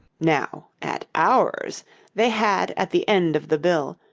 now at ours they had at the end of the bill,